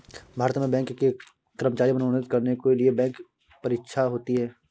भारत में बैंक के कर्मचारी मनोनीत करने के लिए बैंक परीक्षा होती है